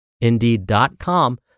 Indeed.com